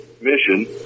mission